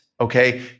okay